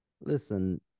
listen